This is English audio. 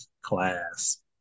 Class